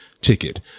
ticket